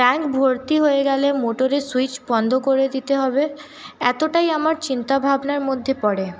tank ভর্তি হয়ে গেলে মোটরের সুইচ বন্ধ করে দিতে হবে এতটাই আমার চিন্তা ভাবনার মধ্যে পড়ে